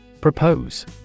Propose